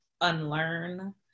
unlearn